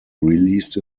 released